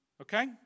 Okay